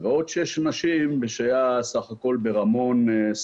ועוד שש נשים שהיה סך הכול ברמון/עובדה.